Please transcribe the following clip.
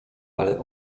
ale